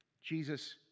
Jesus